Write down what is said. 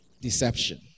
deception